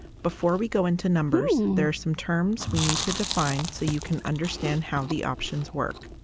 before we go into numbers, there are some terms we need to define so you can understand how the options work.